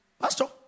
Pastor